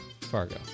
Fargo